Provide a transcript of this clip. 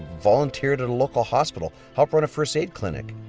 volunteered at a local hospital, helped run a first aid clinic.